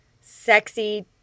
sexy